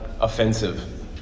offensive